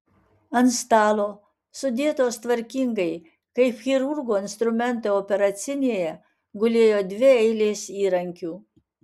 ant stalo sudėtos tvarkingai kaip chirurgo instrumentai operacinėje gulėjo dvi eilės įrankių